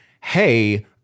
hey